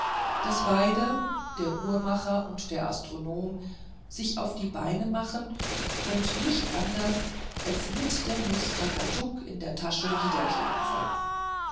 daß beide der uhrmacher und der astronom sich auf die beine machen und nicht anders als mit der nuß krakatuk in der tasche wiederkehren sollten